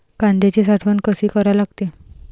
कांद्याची साठवन कसी करा लागते?